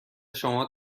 شما